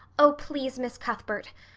oh, please, miss cuthbert,